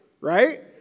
right